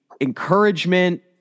encouragement